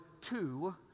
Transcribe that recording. two